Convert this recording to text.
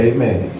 Amen